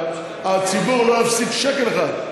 כשפותחים את ברז המים בשבת אבל הציבור לא יפסיד שקל אחד.